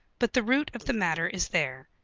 but the root of the matter is there.